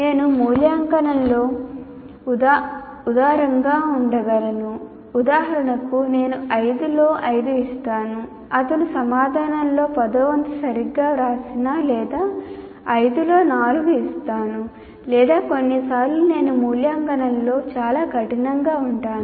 నేను మూల్యాంకనంలో ఉదారంగా ఉండగలను ఉదాహరణకు నేను 5 లో 5 ఇస్తాను అతను సమాధానంలో పదోవంతు సరిగ్గా వ్రాసినా లేదా నేను 5 లో 4 ఇస్తాను లేదా కొన్నిసార్లు నేను మూల్యాంకనంలో చాలా కఠినంగా ఉంటాను